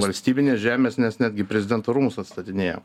valstybinės žemės nes netgi prezidento rūmus atstatinėjom